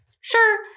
Sure